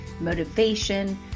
motivation